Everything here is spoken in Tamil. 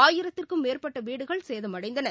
ஆயிரத்துக்கும் மேற்பட்டவீடுகள் சேதமடைந்தன